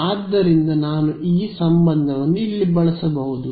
ಆದ್ದರಿಂದ ನಾನು ಈ ಸಂಬಂಧವನ್ನು ಇಲ್ಲಿ ಬಳಸಬಹುದು